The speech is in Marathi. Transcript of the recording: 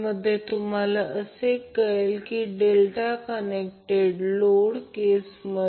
आता उदाहरणासाठी हे लागू केल्यास आपण त्याकडे येऊ परंतु KCL लागू केल्यास हे सांगत आहे की हा करंट येत आहे